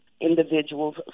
individuals